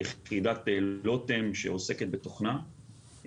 יחידת לוטם שעוסקת בתוכנה,